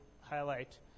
highlight